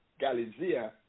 Galizia